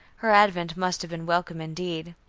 her advent must have been welcome indeed.